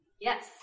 Yes